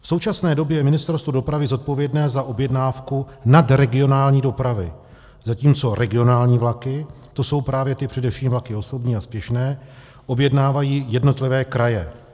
V současné době je Ministerstvo dopravy zodpovědné za objednávku nadregionální dopravy, zatímco regionální vlaky, to jsou právě především vlaky osobní a spěšné, objednávají jednotlivé kraje.